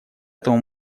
этому